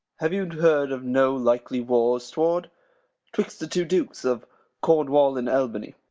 have you heard of no likely wars toward twixt the two dukes of cornwall and albany?